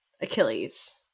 Achilles